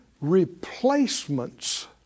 replacements